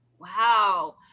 wow